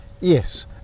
Yes